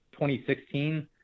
2016